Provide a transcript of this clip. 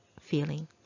feeling